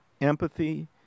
empathy